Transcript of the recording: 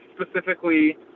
specifically